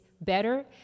better